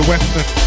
western